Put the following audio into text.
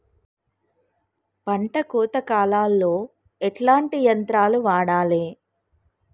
పంట కోత కాలాల్లో ఎట్లాంటి యంత్రాలు వాడాలే?